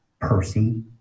Percy